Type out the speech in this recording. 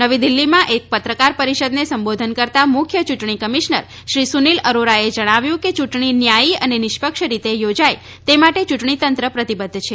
નવી દિલ્ફીમાં એક પત્રકાર પરિષદને સંબોજધન કરતા મુખ્ય ચૂંટણી કમિશ્નર શ્રી સુનિલ અરોરાએ જણાવ્યું કે ચૂંટણી ન્યાયી અને નિષ્પક્ષ યોજાય તે માટે ચૂંટણીતંત્ર પ્રતિબધ્ધ છે